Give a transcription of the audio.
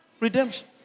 redemption